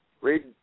Read